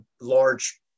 large